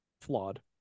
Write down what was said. flawed